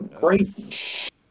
great